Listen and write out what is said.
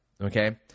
okay